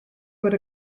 bod